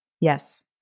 Yes